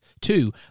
Two